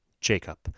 Jacob